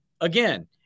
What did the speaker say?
again